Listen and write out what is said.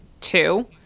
two